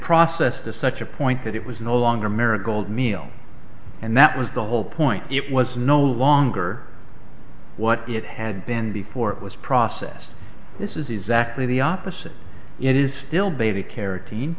processed to such a point that it was no longer marigold meal and that was the whole point it was no longer what it had been before it was processed this is exactly the opposite it is still beta carotene